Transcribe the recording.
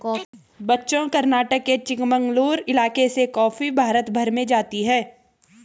बच्चों कर्नाटक के चिकमंगलूर इलाके से कॉफी भारत भर में जाती है